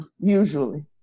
Usually